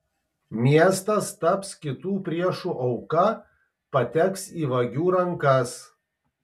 miestas taps kitų priešų auka pateks į vagių rankas